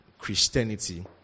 Christianity